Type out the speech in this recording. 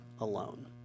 alone